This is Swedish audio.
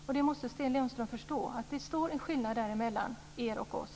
Sten Lundström måste förstå att där är det skillnad mellan er och oss.